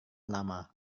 lama